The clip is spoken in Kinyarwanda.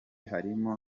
harimo